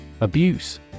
Abuse